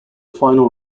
final